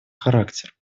характер